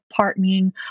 partnering